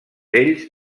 ells